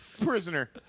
Prisoner